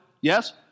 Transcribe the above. yes